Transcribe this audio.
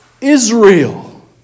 Israel